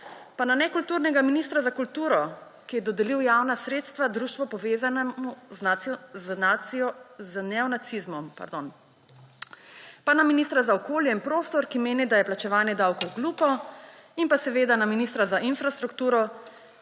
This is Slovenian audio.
Pa na nekulturnega ministra za kulturo, ki je dodelil javna sredstva društvu, povezanemu z neonacizmom. Pa na ministra za okolje in prostor, ki meni, da je plačevanje davkov glupo. In pa seveda na ministra za infrastrukturo,